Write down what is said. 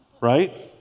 Right